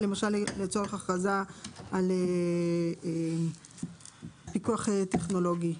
כמו לצורך הכרזה על פיקוח טכנולוגי.